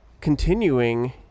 continuing